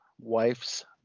Wife's